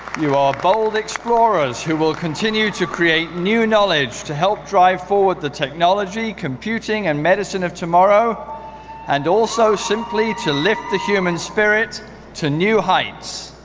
you are bold explorers who will continue to create new knowledge to help drive forward the technology, computing, and medicine of tomorrow and also simply to lift the human spirit to new heights.